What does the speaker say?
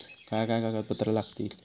काय काय कागदपत्रा लागतील?